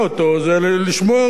זה לשמור בפנים,